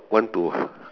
want to